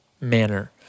manner